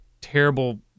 terrible